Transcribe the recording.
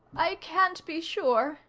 i can't be sure,